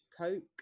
Coke